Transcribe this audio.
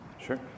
Sure